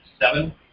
seven